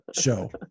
show